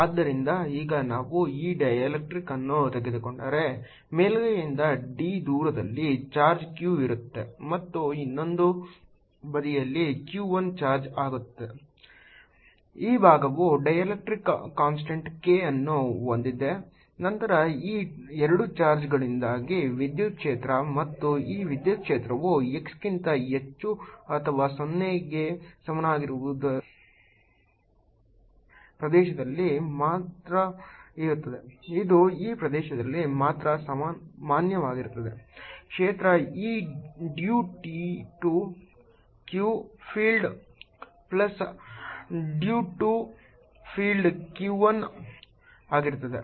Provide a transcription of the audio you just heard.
ಆದ್ದರಿಂದ ಈಗ ನಾವು ಈ ಡೈಎಲೆಕ್ಟ್ರಿಕ್ಸ್ ಅನ್ನು ತೆಗೆದುಕೊಂಡರೆ ಮೇಲ್ಮೈಯಿಂದ d ದೂರದಲ್ಲಿ ಚಾರ್ಜ್ q ಇರುತ್ತದೆ ಮತ್ತು ಇನ್ನೊಂದು ಬದಿಯಲ್ಲಿ q 1 ಚಾರ್ಜ್ ಆಗುತ್ತದೆ ಈ ಭಾಗವು ಡೈಎಲೆಕ್ಟ್ರಿಕ್ಸ್ ಕಾನ್ಸ್ಟಂಟ್ k ಅನ್ನು ಹೊಂದಿದೆ ನಂತರ ಈ 2 ಚಾರ್ಜ್ಗಳಿಂದಾಗಿ ವಿದ್ಯುತ್ ಕ್ಷೇತ್ರ ಮತ್ತು ಈ ವಿದ್ಯುತ್ ಕ್ಷೇತ್ರವು x ಕ್ಕಿಂತ ಹೆಚ್ಚು ಅಥವಾ 0 ಗೆ ಸಮನಾಗಿರುವ ಪ್ರದೇಶದಲ್ಲಿ ಮಾತ್ರ ಇರುತ್ತದೆ ಇದು ಈ ಪ್ರದೇಶದಲ್ಲಿ ಮಾತ್ರ ಮಾನ್ಯವಾಗಿರುತ್ತದೆ ಕ್ಷೇತ್ರ E due to q field plus due to field q 1 ಆಗಿರುತ್ತದೆ